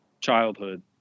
childhood